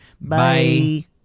Bye